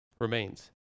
remains